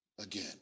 again